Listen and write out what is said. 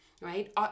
right